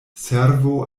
servo